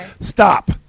Stop